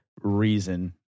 reason